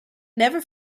never